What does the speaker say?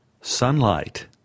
Sunlight